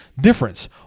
difference